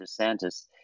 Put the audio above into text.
DeSantis